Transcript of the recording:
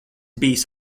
bijis